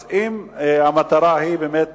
אז אם המטרה היא באמת